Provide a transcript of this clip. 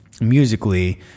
musically